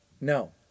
No